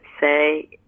say